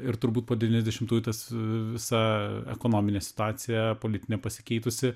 ir turbūt po devyniasdešimtųjų tas visa ekonominė situacija politinė pasikeitusi